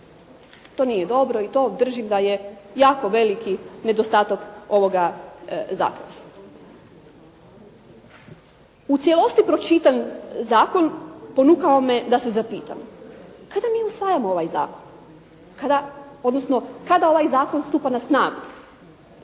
To nije dobro i to držim da je jako veliki nedostatak ovoga zakona. U cijelosti pročitan zakon ponukao me je da se zapitam, kada mi usvajamo ovaj zakon, odnosno kada ovaj zakon stupa na snagu?